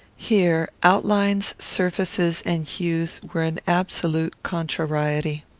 here outlines, surfaces, and hues were in absolute contrariety.